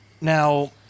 now